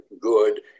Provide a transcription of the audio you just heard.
good